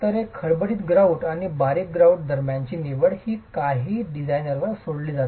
तर एक खडबडीत ग्रॉउट आणि बारीक ग्रॉउट दरम्यानची निवड ही काहीतरी डिझाइनरवर सोडली जाते